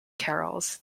carols